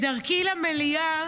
בדרכי למליאה,